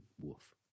wolf